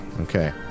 Okay